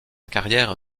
carrière